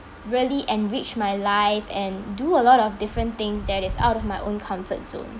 really enrich my life and do a lot of different things that is out of my own comfort zone